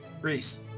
Reese